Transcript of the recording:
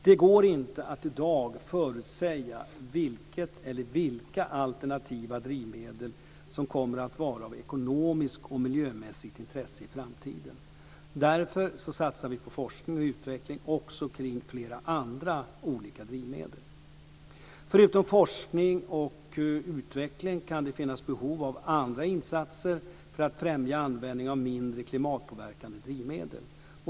Det går inte att i dag förutsäga vilket eller vilka alternativa drivmedel som kommer att vara av ekonomiskt och miljömässigt intresse i framtiden. Därför satsar vi på forskning och utveckling också kring flera andra olika drivmedel. Förutom forskning och utveckling kan det finnas behov av andra insatser för att främja användningen av mindre klimatpåverkande drivmedel.